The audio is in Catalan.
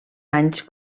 anys